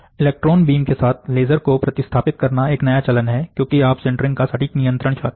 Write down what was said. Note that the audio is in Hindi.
इलेक्ट्रॉन बीम के साथ लेजर को प्रतिस्थापित करना एक नया चलन है क्योंकि आप सिंटरिंग का सटीक नियंत्रण चाहते हैं